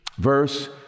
Verse